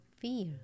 fear